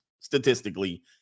statistically